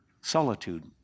solitude